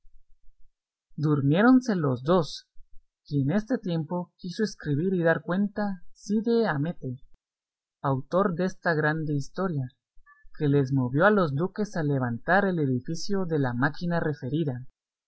durmiéronse los dos y en este tiempo quiso escribir y dar cuenta cide hamete autor desta grande historia qué les movió a los duques a levantar el edificio de la máquina referida